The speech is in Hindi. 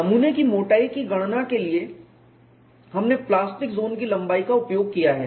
नमूने की मोटाई गणना के लिए हमने प्लास्टिक ज़ोन की लंबाई का उपयोग किया है